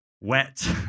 Wet